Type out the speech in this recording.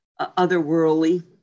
otherworldly